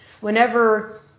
whenever